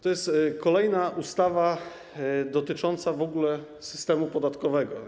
To jest kolejna ustawa dotycząca w ogóle systemu podatkowego.